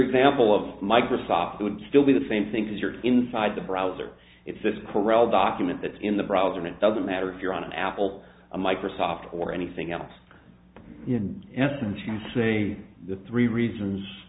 example of microsoft would still be the same thing because you're inside the browser it's the corral document that's in the browser and it doesn't matter if you're on an apple a microsoft or anything else in essence you say the three reasons